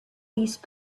these